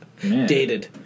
Dated